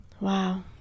Wow